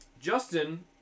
justin